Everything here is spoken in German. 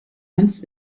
einst